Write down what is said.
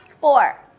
Four